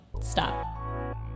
stop